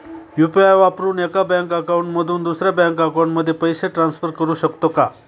UPI वापरून एका bank account मधून दुसऱ्या बँक अकाउंटमध्ये पैसे ट्रान्सफर करू शकतो का?